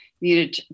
needed